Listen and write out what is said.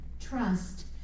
trust